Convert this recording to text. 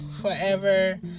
forever